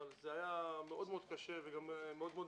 אבל זה היה מאוד-מאוד קשה ונדיר,